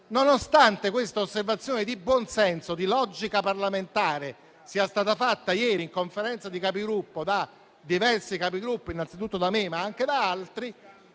nonostante questa osservazione di buon senso e di logica parlamentare sia stata fatta ieri in Conferenza dei Capigruppo da diversi Capigruppo (innanzitutto da me, ma anche da altri),